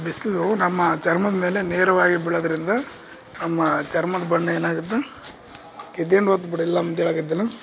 ಬಿಸಿಲು ನಮ್ಮ ಚರ್ಮದ ಮೇಲೆ ನೇರವಾಗಿ ಬೀಳದ್ರಿಂದ ನಮ್ಮ ಚರ್ಮದ ಬಣ್ಣ ಏನಾಗುತ್ತೆ ಮುಂದೇಳಕ್ ಐತಿಲ್ಲ